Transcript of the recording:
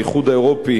באיחוד האירופי